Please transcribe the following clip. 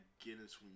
Guinness